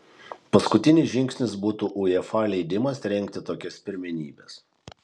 paskutinis žingsnis būtų uefa leidimas rengti tokias pirmenybes